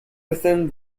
within